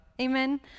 amen